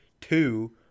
Two